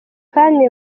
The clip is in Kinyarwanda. kandi